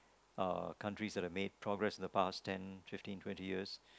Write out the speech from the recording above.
uh countries that have made progress in the past ten fifteen twenty years